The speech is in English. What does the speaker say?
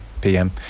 pm